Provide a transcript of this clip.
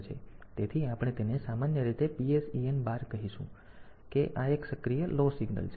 તેથી આપણે તેને સામાન્ય રીતે PSEN બાર તરીકે કહીશું કે આ એક સક્રિય લો સિગ્નલ છે